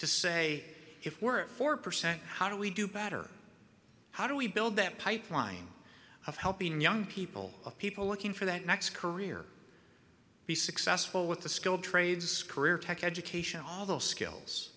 to say if we're four percent how do we do better how do we build that pipeline of helping young people of people looking for that next career be successful with the skilled trades career tech education all those skills